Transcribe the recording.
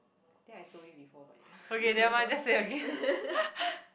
I think I told you before but ya